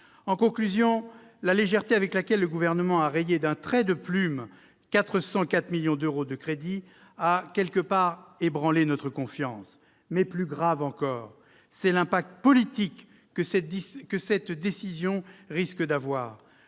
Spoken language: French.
En conclusion, la légèreté avec laquelle le Gouvernement a rayé d'un trait de plume 404 millions d'euros de crédits a quelque peu ébranlé notre confiance. Plus grave encore est l'impact politique que cette décision risque d'avoir.